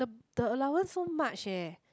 the the allowance so much eh